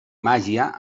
màgia